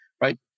right